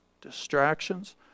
Distractions